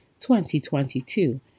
2022